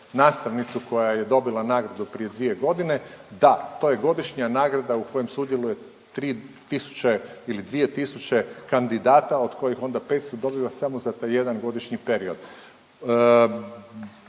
nastavnicu koja je dobila nagradu prije dvije godine. Da, to je godišnja nagrada u kojoj sudjeluje 3000 ili 2000 kandidata od kojih onda 500 dobiva samo za taj jedan godišnji period.